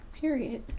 period